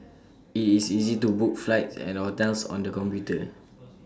IT is easy to book flights and hotels on the computer